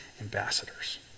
ambassadors